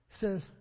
says